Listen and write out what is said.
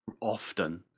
Often